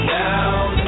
down